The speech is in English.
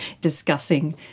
discussing